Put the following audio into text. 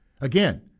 Again